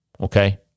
Okay